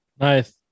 Nice